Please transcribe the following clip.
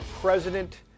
President